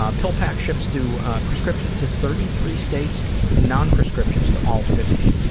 ah pill pack ships to prescriptions to thirty-three states and non-prescriptions to all fifty.